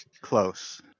Close